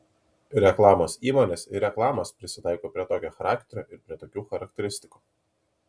reklamos įmonės ir reklamos prisitaiko prie tokio charakterio ir prie tokių charakteristikų